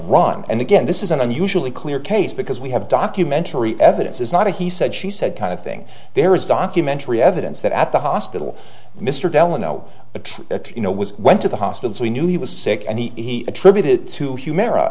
run and again this is an unusually clear case because we have documentary evidence is not a he said she said kind of thing there is documentary evidence that at the hospital mr delano the true you know was went to the hospital so we knew he was sick and he attributed to humira